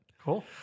Cool